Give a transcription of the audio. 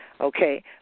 Okay